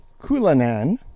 Kulanan